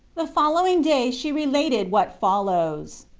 the following day she related what follows.